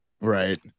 Right